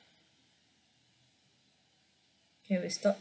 okay we stop